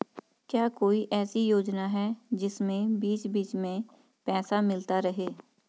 क्या कोई ऐसी योजना है जिसमें बीच बीच में पैसा मिलता रहे?